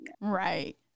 Right